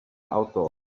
outdoors